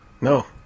No